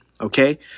Okay